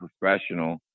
professional